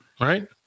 right